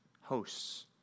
Hosts